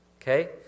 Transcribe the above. okay